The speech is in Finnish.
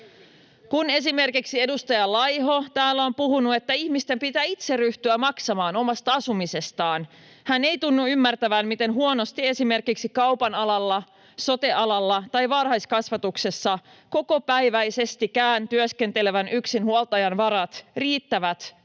Kun esimerkiksi edustaja Laiho täällä on puhunut, että ihmisten pitää itse ryhtyä maksamaan omasta asumisestaan, hän ei tunnu ymmärtävän, miten huonosti esimerkiksi kaupanalalla, sote-alalla tai varhaiskasvatuksessa kokopäiväisestikään työskentelevän yksinhuoltajan varat riittävät